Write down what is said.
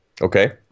okay